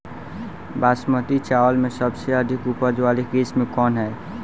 बासमती चावल में सबसे अधिक उपज वाली किस्म कौन है?